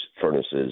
furnaces